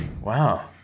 wow